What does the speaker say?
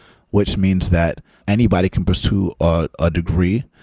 which means that anybody can pursue ah a degree,